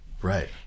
right